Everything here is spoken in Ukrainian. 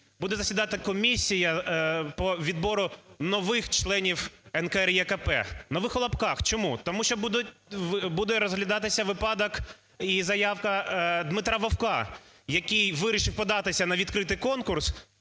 буде засідати комісія по відбору нових членів НКРЕКП. На вихолопках, чому? Тому що буде розглядатися випадок і заявка Дмитра Вовка, який вирішив податися на відкритий конкурс